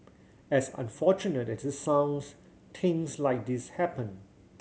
as unfortunate as it sounds things like this happen